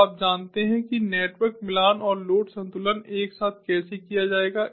तो आप जानते हैं कि नेटवर्क मिलान और लोड संतुलन एक साथ कैसे किया जाएगा